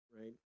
right